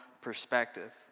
perspective